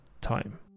time